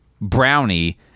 brownie